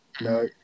no